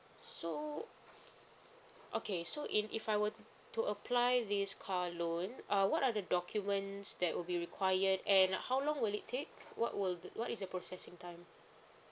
so okay so in if I were to apply this car loan uh what are the documents that will be required and how long will it take what will what is the processing time